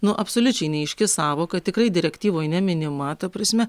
nu absoliučiai neaiški sąvoka tikrai direktyvoj neminima ta prasme